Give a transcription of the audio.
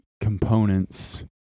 components